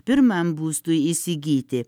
pirmam būstui įsigyti